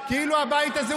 כאילו הבית הזה,